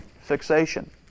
fixation